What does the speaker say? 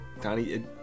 Donnie